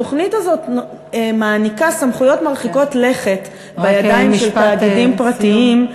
התוכנית הזאת מעניקה סמכויות מרחיקות לכת בידיים של תאגידים פרטיים,